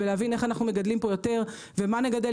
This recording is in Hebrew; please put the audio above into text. ולהבין איך אנחנו מגדלים פה יותר ומה נגדל